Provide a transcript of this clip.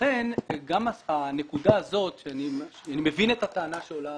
לכן גם הנקודה הזאת ואני מבין את הטענה שעולה